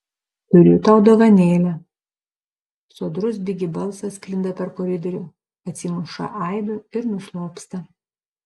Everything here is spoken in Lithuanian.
turiu tau dovanėlę sodrus bigi balsas sklinda per koridorių atsimuša aidu ir nuslopsta